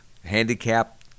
handicap